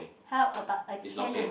how about a challenge